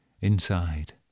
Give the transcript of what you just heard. inside